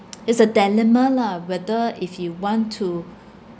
is a dilemma lah whether if you want to